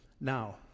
Now